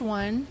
one